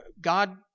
God